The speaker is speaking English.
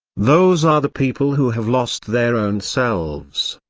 those are the people who have lost their own selves.